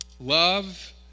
love